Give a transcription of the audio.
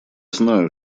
знаю